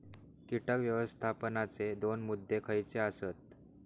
कीटक व्यवस्थापनाचे दोन मुद्दे खयचे आसत?